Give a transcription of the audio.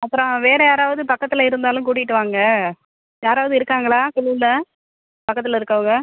அப்புறம் வேறு யாராவது பக்கத்தில் இருந்தாலும் கூட்டிகிட்டு வாங்க யாராவது இருக்காங்களா குழுவில் பக்கத்தில் இருக்கவங்க